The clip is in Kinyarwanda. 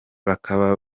bakaba